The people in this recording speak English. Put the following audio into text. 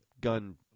gun